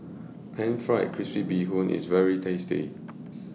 Pan Fried Crispy Bee Hoon IS very tasty